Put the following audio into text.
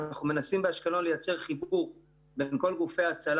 אנחנו מנסים לייצר חיבור בין כל גופי ההצלה